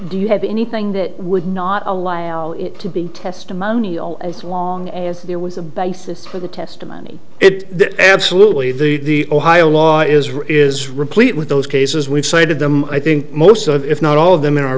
do you have anything that would not allow it to be testimonial as long as there was a basis for the testimony it absolutely the ohio law is or is replete with those cases we've cited them i think most of if not all of them in our